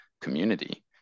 community